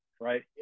right